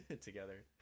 together